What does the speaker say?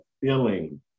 feeling